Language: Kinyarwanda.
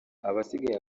abasigaye